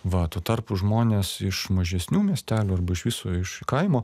va tuo tarpu žmonės iš mažesnių miestelių arba iš viso iš kaimo